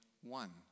one